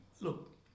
look